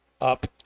up